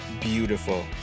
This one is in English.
beautiful